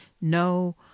No